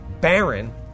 Baron